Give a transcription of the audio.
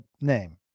name